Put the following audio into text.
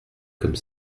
comme